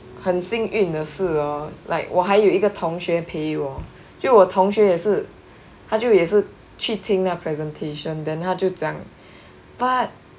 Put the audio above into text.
很幸运的是 orh like 我还有一个同学陪我就我同学也是他就也是去听那 presentation then 他就讲他